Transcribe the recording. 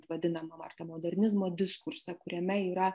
vadinama ar tai modernizmo diskursą kuriame yra